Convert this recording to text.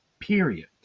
period